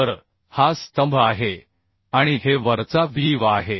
तर हा स्तंभ आहे आणि हे वरचा व्हीव आहे